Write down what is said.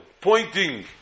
pointing